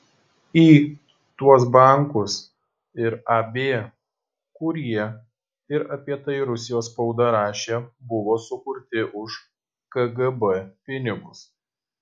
į tuos bankus ir ab kurie ir apie tai rusijos spauda rašė buvo sukurti už kgb pinigus